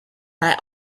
eye